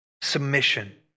Submission